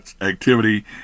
activity